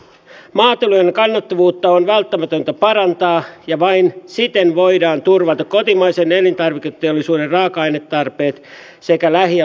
maatilojen kannattavuutta on välttämätöntä parantaa ja vain siten voidaan turvata kotimaisen elintarviketeollisuuden raaka ainetarpeet sekä lähi ja luomuruokatuotanto